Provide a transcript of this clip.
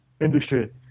industry